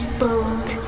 bold